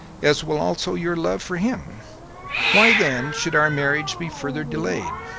as will also your love for him why then should our marriage be further delayed?